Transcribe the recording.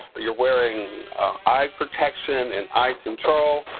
but you're wearing eye protection and eye control.